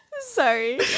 Sorry